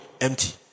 Empty